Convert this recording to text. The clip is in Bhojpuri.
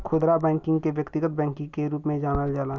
खुदरा बैकिंग के व्यक्तिगत बैकिंग के रूप में जानल जाला